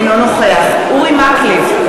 אינו נוכח אורי מקלב,